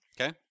okay